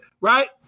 right